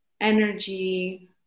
energy